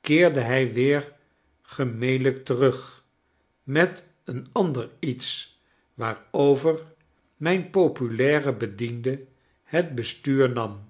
keerde hij weer genielijk terug met een ander iets waarover mijn populaire bediende het bestuur nam